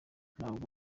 ntabwo